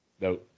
No